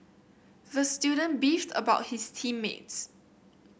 the student beefed about his team mates